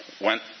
went